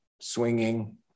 swinging